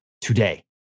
today